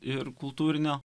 ir kultūrinio